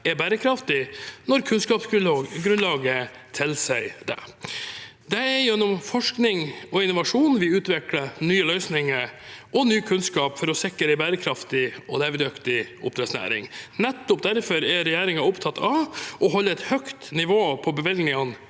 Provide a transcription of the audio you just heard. er bærekraftig når kunnskapsgrunnlaget tilsier det. Det er gjennom forskning og innovasjon vi utvikler nye løsninger og ny kunnskap for å sikre en bærekraftig og levedyktig oppdrettsnæring. Nettopp derfor er regjeringen opptatt av å holde et høyt nivå på bevilgningene